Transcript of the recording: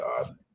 God